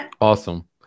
awesome